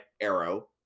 arrow